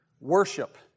worship